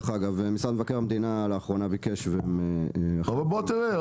משרד מבקר המדינה לאחרונה ביקש ו --- אבל בוא תראה,